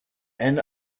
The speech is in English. and